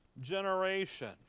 generation